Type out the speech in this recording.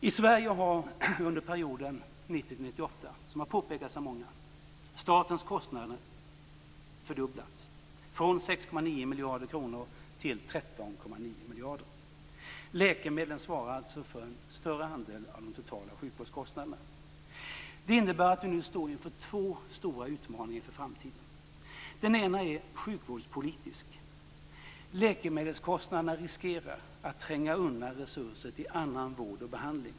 I Sverige har under perioden 1990-1998, vilket har påpekats av många, statens kostnader fördubblats från 6,9 miljarder kronor till 13,9 miljarder. Läkemedlen svarar alltså för en större andel av de totala sjukvårdskostnaderna. Det innebär att vi nu står inför två stora utmaningar inför framtiden. Den ena är sjukvårdspolitisk. Läkemedelskostnaderna riskerar att tränga undan resurser till annan vård och behandling.